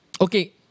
Okay